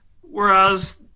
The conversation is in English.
whereas